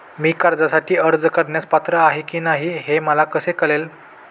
मी कर्जासाठी अर्ज करण्यास पात्र आहे की नाही हे मला कसे कळेल?